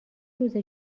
روز